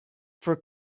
for